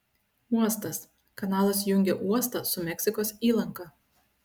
uostas kanalas jungia uostą su meksikos įlanka